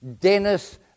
Dennis